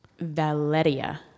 Valeria